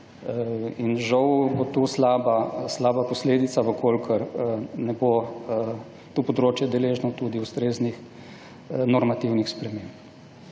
In žal bo to slaba posledica, v kolikor ne bo to področje deležno tudi ustreznih normativnih sprememb.